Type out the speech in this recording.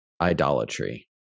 idolatry